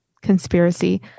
conspiracy